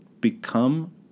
become